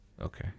Okay